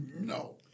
No